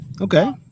Okay